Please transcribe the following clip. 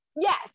Yes